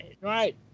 Right